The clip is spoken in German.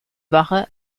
wache